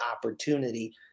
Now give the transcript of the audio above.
opportunity